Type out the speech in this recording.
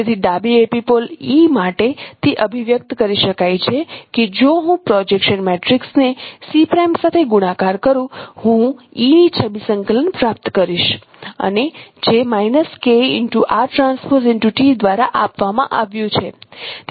તેથી ડાબી epipole e માટે તે અભિવ્યક્ત કરી શકાય છે કે જો હું પ્રોજેક્શન મેટ્રિક્સ ને C' સાથે ગુણાકાર કરુ હું e ની છબી સંકલન પ્રાપ્ત કરીશ અને જે દ્વારા આપવામાં આવ્યું છે